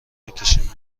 نکشین